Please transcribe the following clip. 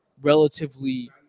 Relatively